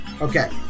Okay